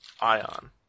Ion